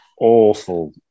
awful